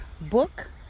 book